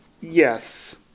Yes